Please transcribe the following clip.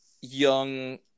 young